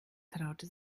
traute